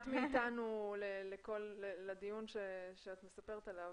לדיון שאת מספרת עליו,